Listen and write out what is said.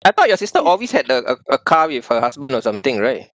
I thought your sister always had a a a car with her husband or something right